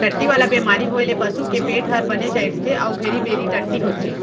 टट्टी वाला बेमारी होए ले पसू के पेट हर बनेच अइंठथे अउ घेरी बेरी टट्टी होथे